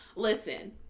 Listen